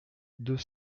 deux